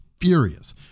furious